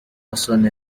yasavye